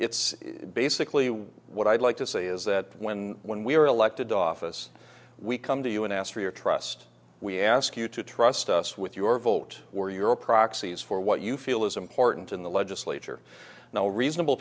it's basically what i'd like to say is that when when we were elected to office we come to you and ask for your trust we ask you to trust us with your vote or your proxies for what you feel is important in the legislature no reasonable